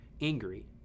angry